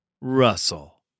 Russell